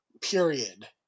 period